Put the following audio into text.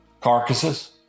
carcasses